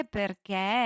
perché